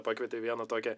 pakvietė į vieną tokią